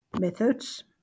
methods